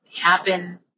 happen